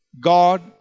God